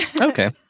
okay